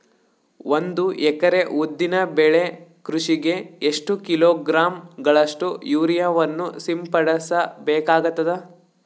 ಒಂದು ಎಕರೆ ಉದ್ದಿನ ಬೆಳೆ ಕೃಷಿಗೆ ಎಷ್ಟು ಕಿಲೋಗ್ರಾಂ ಗಳಷ್ಟು ಯೂರಿಯಾವನ್ನು ಸಿಂಪಡಸ ಬೇಕಾಗತದಾ?